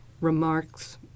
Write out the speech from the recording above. remarks